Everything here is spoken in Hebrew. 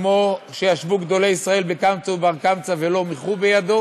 כמו שישבו גדולי ישראל קמצא ובר-קמצא ולא מיחו בידו,